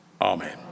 Amen